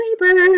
labor